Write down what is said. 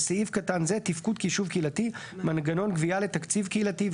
בסעיף קטן זה "תפקוד כיישוב קהילתי" מנגנון גבייה לתקציב קהילתי,